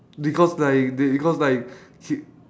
because like they because like he